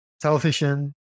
television